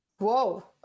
Whoa